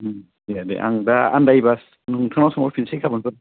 उम दे दे आं दा आनदायब्ला नोंथांनाव सोंहरफिनसै गाबोनफोर